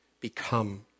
become